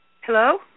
Hello